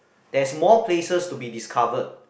there's more places to be discovered